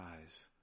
eyes